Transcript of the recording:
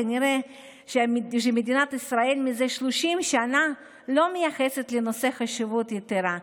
כנראה שמדינת ישראל זה 30 שנה לא מייחסת לנושא חשיבות יתרה,